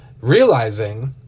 realizing